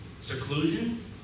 Seclusion